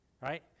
right